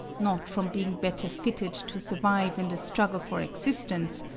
not from being better fitted to survive in the struggle for existence,